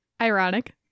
Ironic